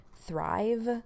Thrive